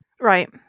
Right